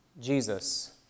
Jesus